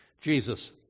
Jesus